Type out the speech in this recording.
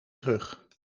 terug